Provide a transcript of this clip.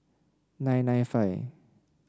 nine nine five